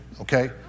okay